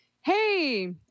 hey